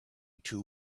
two